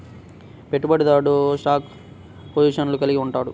పెట్టుబడిదారుడు షార్ట్ పొజిషన్లను కలిగి ఉంటాడు